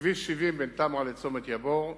כביש 70 בין תמרה לצומת יבור.